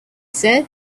said